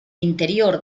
interior